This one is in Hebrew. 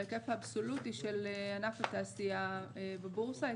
בהיקף האבסולוטי של ענף התעשייה בבורסה.